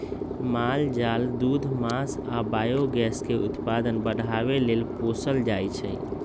माल जाल दूध मास आ बायोगैस के उत्पादन बढ़ाबे लेल पोसल जाइ छै